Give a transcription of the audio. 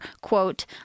quote